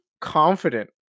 confident